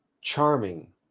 charming